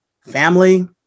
family